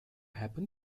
happen